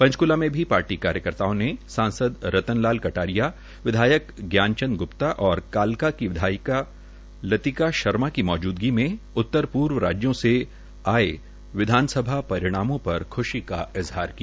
पंचकूला में भी कार्यकर्ताओं ने सांसद रतन लाल कटारिया ज्ञान चंद ग्प्ता और कालका की विधायक लतिका शर्मा की मौजूदगी में उत्तरपूर्व राज्यों से आये विधानसभा परिणामों पर ख्शी का इजहार किया